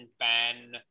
PAN